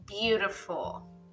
Beautiful